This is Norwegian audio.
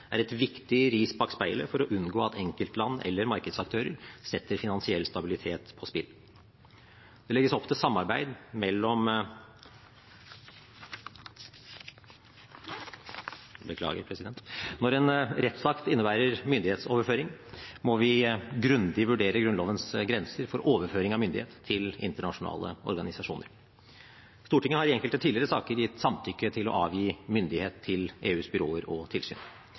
er et viktig ris bak speilet for å unngå at enkeltland eller markedsaktører setter finansiell stabilitet på spill. Når en rettsakt innebærer myndighetsoverføring, må vi grundig vurdere Grunnlovens grenser for overføring av myndighet til internasjonale organisasjoner. Stortinget har i enkelte tidligere saker gitt samtykke til å avgi myndighet til EUs byråer og tilsyn.